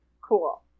Cool